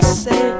say